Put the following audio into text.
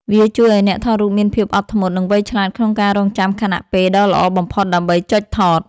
វាជួយឱ្យអ្នកថតរូបមានភាពអត់ធ្មត់ និងវៃឆ្លាតក្នុងការរង់ចាំខណៈពេលដ៏ល្អបំផុតដើម្បីចុចថត។